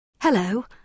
Hello